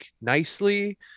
nicely